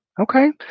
Okay